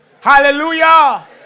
Hallelujah